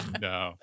No